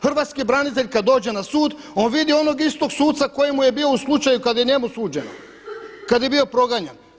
Hrvatski branitelj kada dođe na sud on vidi onog istog suca koji mu je bio u slučaju kada je njemu suđeno, kada je bio proganjan.